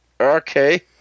okay